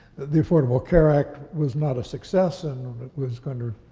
the affordable care act was not a success and was going to